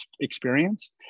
experience